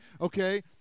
Okay